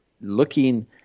looking